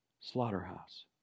Slaughterhouse